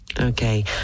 Okay